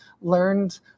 learned